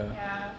ya